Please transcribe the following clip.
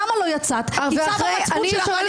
למה לא יצאת זה המצפון שלך.